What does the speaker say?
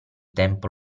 tempo